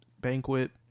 Banquet